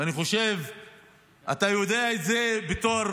ואני חושב שאתה יודע את זה בתור